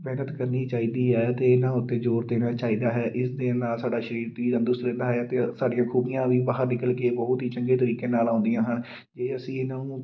ਮਿਹਨਤ ਕਰਨੀ ਚਾਹੀਦੀ ਹੈ ਅਤੇ ਇਹਨਾਂ ਉੱਤੇ ਜ਼ੋਰ ਦੇਣਾ ਚਾਹੀਦਾ ਹੈ ਇਸ ਦੇ ਨਾਲ਼ ਸਾਡਾ ਸਰੀਰ ਵੀ ਤੰਦਰੁਸਤ ਰਹਿੰਦਾ ਹੈ ਅਤੇ ਸਾਡੀਆਂ ਖੂਬੀਆਂ ਵੀ ਬਾਹਰ ਨਿਕਲ ਕੇ ਬਹੁਤ ਹੀ ਚੰਗੇ ਤਰੀਕੇ ਨਾਲ਼ ਆਉਂਦੀਆਂ ਹਨ ਜੇ ਅਸੀਂ ਇਹਨਾਂ ਨੂੰ